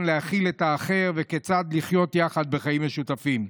להכיל את האחר וכיצד לחיות יחד חיים משותפים.